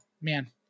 man